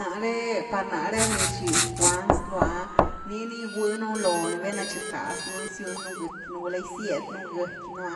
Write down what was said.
Nare par nare ni rxiw giguan slua ah, nii ni gigui nu lo ni val’natchi rckasnu gysiunnu gëcky nú, gula gisied nú gaëcky nú,